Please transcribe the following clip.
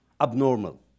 abnormal